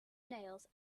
nails